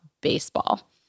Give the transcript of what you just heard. baseball